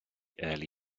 early